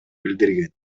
билдирген